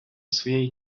своєї